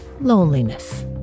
loneliness